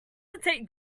hesitate